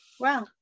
wow